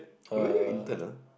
where do you intern ah